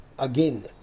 Again